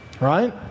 Right